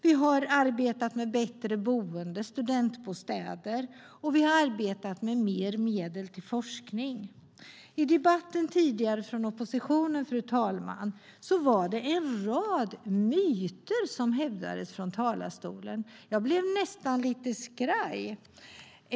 Vi har arbetat med bättre boende och studentbostäder, och vi har arbetat med mer medel till forskning. I oppositionens inlägg i debatten här har det framförts en rad myter från talarstolen. Jag blev nästan lite skraj.